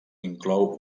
inclou